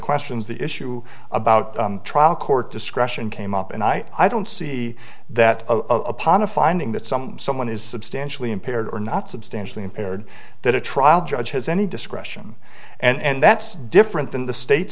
questions the issue about trial court discretion came up and i don't see that upon a finding that some someone is substantially impaired or not substantially impaired that a trial judge has any discretion and that's different than the state